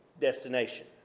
destination